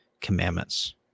commandments